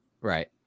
right